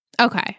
Okay